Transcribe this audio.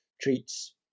treats